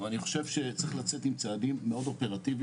חושב שאלו פרוז'קטורים שמאירים לנו את המצב העגום שאנחנו נמצאים בו.